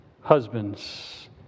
Husbands